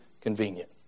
convenient